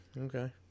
okay